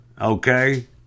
Okay